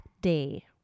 day